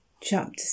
chapter